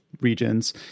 regions